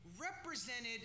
represented